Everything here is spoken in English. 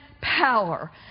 power